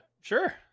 Sure